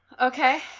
Okay